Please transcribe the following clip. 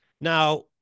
now